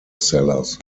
sellers